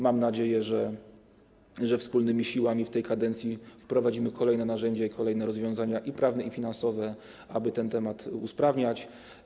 Mam nadzieję, że wspólnymi siłami w tej kadencji wprowadzimy kolejne narzędzia i kolejne rozwiązania i prawne, i finansowe, aby tę kwestię usprawniać.